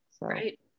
Right